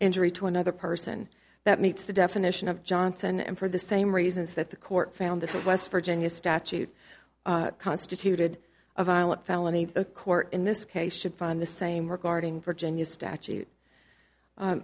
injury to another person that meets the definition of johnson and for the same reasons that the court found that the west virginia statute constituted a violent felony a court in this case should find the same regarding virginia statute